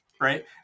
right